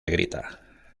grita